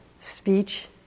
speech